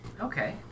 Okay